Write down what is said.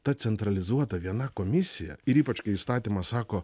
ta centralizuota viena komisija ir ypač kai įstatymas sako